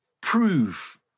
prove